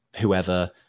whoever